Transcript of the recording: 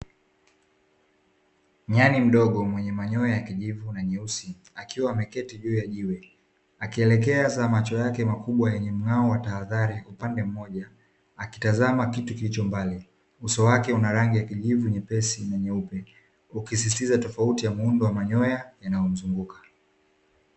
Nyani mdogo mwenye manyoya ya kijivu na nyeusi, akiwa ameketi juu ya jiwe, akielekeza macho yake makubwa yenye mng'ao wa tahadhari upande mmoja, akitazama kitu kilicho mbali. Uso wake una rangi ya kijivu nyepesi na nyeupe, ukisistiza tofauti ya muundo wa manyoya yanayomzunguka.